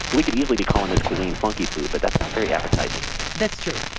we could easily be calling this cuisine funky food, but that's not very appetizing that's true.